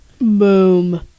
Boom